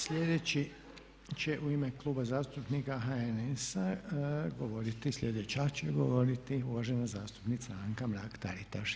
Sljedeći će u ime Kluba zastupnika HNS-a govoriti, sljedeća će govoriti uvažena zastupnica Anka Mrak Taritaš.